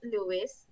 Lewis